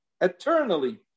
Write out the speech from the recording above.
eternally